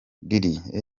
diddy